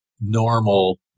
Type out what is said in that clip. normal